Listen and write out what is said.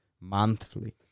monthly